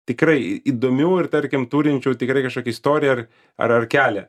tikrai įdomių ir tarkim turinčių tikrai kažkokią istoriją ar ar ar kelią